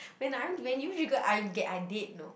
when I'm when you triggered I'm g~ I dead you know